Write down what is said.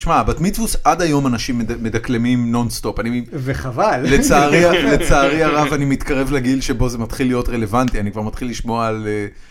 הבת מצווש עד היום אנשים מדקלמים נונסטופ, לצערי הרב, אני מתקרב לגיל שבו זה מתחיל להיות רלוונטי אני כבר מתחיל לשמוע על.